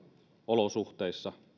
olosuhteissa